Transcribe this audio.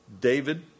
David